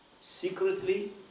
secretly